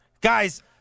Guys –